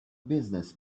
business